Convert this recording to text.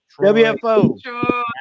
WFO